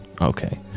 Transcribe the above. Okay